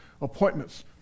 appointments